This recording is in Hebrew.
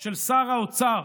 של שר האוצר,